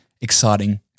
exciting